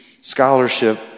Scholarship